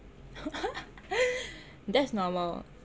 that's normal